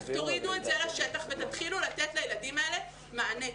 תורידו את זה לשטח ותתחילו לתת לילדים האלה מענה.